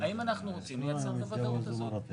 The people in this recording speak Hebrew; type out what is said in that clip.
האם אנחנו רוצים לייצר את הוודאות הזאת.